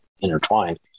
intertwined